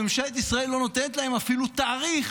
וממשלת ישראל לא נותנת להם אפילו תאריך